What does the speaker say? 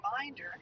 reminder